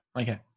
okay